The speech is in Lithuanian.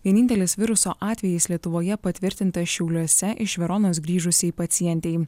vienintelis viruso atvejis lietuvoje patvirtintas šiauliuose iš veronos grįžusiai pacientei